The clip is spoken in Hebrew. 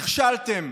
נכשלתם